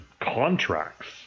contracts